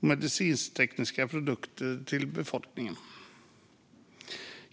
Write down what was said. och medicintekniska produkter till befolkningen.